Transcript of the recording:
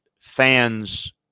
Fans